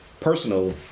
personal